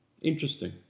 Interesting